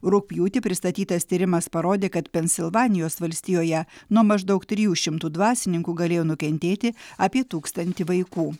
rugpjūtį pristatytas tyrimas parodė kad pensilvanijos valstijoje nuo maždaug trijų šimtų dvasininkų galėjo nukentėti apie tūkstantį vaikų